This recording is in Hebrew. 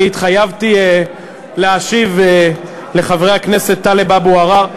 אני התחייבתי להשיב לחבר הכנסת טלב אבו עראר,